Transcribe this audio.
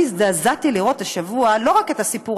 אני הזדעזעתי לראות השבוע לא רק את הסיפור